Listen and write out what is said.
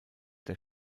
der